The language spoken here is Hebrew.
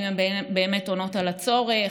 אם הן באמת עונות על הצורך.